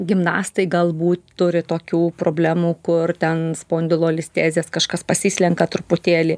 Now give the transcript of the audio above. gimnastai galbūt turi tokių problemų kur ten spondilolistezės kažkas pasislenka truputėlį